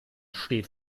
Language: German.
steht